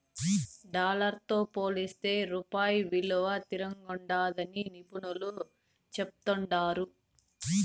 dollar తో పోలిస్తే రూపాయి ఇలువ తిరంగుండాదని నిపునులు చెప్తాండారు